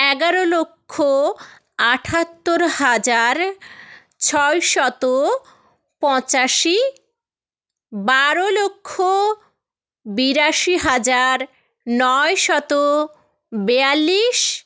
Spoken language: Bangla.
এগারো লক্ষ আটাত্তর হাজার ছয়শত পঁচাশি বারো লক্ষ বিরাশি হাজার নয়শত বিয়াল্লিশ